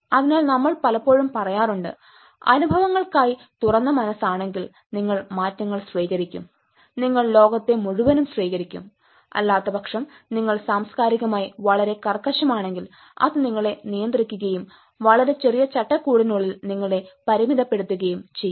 അതിനാൽ നമ്മൾ പലപ്പോഴും പറയാറുണ്ട് അനുഭവങ്ങൾക്കായി തുറന്നി മനസ്സ് ആണെങ്കിൽ നിങ്ങൾ മാറ്റങ്ങൾ സ്വീകരിക്കും നിങ്ങൾ ലോകത്തെ മുഴുവനും സ്വീകരിക്കും അല്ലാത്തപക്ഷം നിങ്ങൾ സാംസ്കാരികമായി വളരെ കർക്കശമാണെങ്കിൽ അത് നിങ്ങളെ നിയന്ത്രിക്കുകയും വളരെ ചെറിയ ചട്ടക്കൂടിനുള്ളിൽ നിങ്ങളെ പരിമിതപ്പെടുത്തുകയും ചെയ്യും